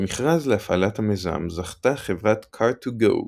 במכרז להפעלת המיזם זכתה חברת Car2Go,